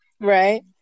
Right